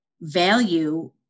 value